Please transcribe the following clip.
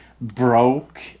broke